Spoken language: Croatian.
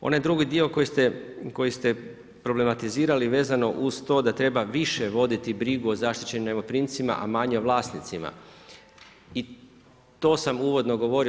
Onaj drugi dio koji ste problematizirali vezano uz to da treba više voditi brigu o zaštićenim najmoprimcima, a manje vlasnicima i to sam uvodno govorio.